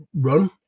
run